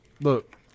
look